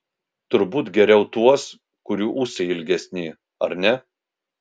turbūt geriau tuos kurių ūsai ilgesni ar ne